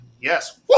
Yes